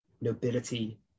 nobility